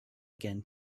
again